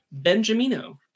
Benjamino